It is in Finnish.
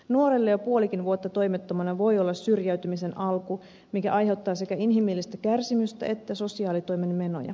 nuorelle jo puolikin vuotta toimettomana voi olla syrjäytymisen alku mikä aiheuttaa sekä inhimillistä kärsimystä että sosiaalitoimen menoja